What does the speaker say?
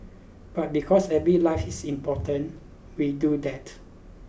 but because every life is important we do that